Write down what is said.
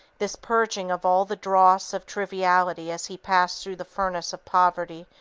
this purging of all the dross of triviality as he passed through the furnace of poverty,